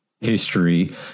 history